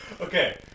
Okay